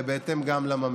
וגם בהתאם לממליצים.